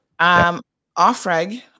Offreg